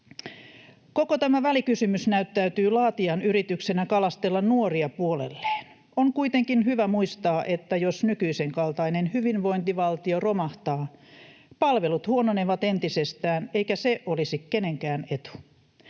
Koko tämä välikysymys näyttäytyy laatijan yrityksenä kalastella nuoria puolelleen. On kuitenkin hyvä muistaa, että jos nykyisen kaltainen hyvinvointivaltio romahtaa, palvelut huononevat entisestään, eikä se olisi kenenkään etu.